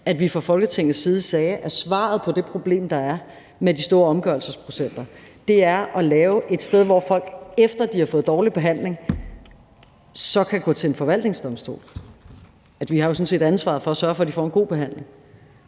at vi fra Folketingets side sagde, at svaret på det problem, der er med de store omgørelsesprocenter, er at lave et sted, hvor folk, efter de har fået dårlig behandling, kan gå hen, f.eks. til en forvaltningsdomstol. Vi har jo sådan set ansvaret for at sørge for, at de får en god behandling.